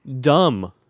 Dumb